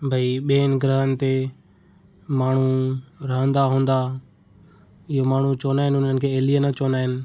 भइ ॿियनि ग्रहनि ते माण्हू रहंदा हूंदा इहो माण्हू चवंदा आहिनि हुननि खे एलिअन चवंदा आहिनि